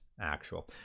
actual